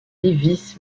lévis